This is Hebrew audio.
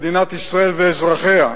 של מדינת ישראל ואזרחיה,